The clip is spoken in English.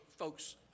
Folks